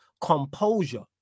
composure